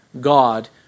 God